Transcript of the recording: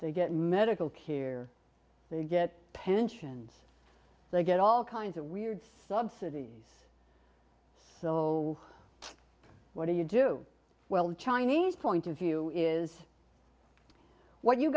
they get medical care they get pensions they get all kinds of weird subsidies so what do you do well the chinese point of view is what you